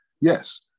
yes